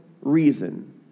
reason